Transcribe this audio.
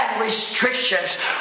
restrictions